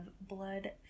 Blood